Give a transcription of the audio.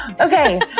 Okay